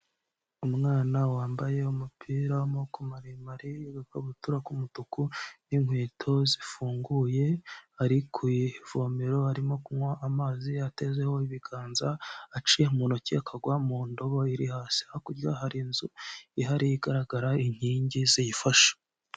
Umwana wambaye umupira w'amaboko maremare n’agakabutura k'umutuku n'inkweto zifunguye ari kw’ivomero arimo kunywa amazi atezeho ibiganza aciye mu ntoki akagwa mu ndobo iri hasi hakurya hari inzu ihari igaragara inkingi ziyifashe.